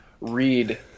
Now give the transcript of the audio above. read